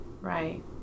Right